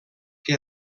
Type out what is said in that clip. que